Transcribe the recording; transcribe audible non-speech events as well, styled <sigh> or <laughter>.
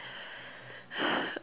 <noise>